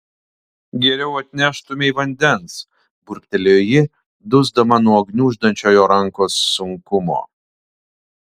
geriau atneštumei vandens burbtelėjo ji dusdama nuo gniuždančio jo rankos sunkumo